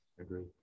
agree